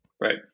Right